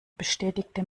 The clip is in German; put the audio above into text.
bestätigte